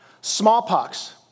smallpox